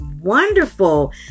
wonderful